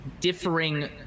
differing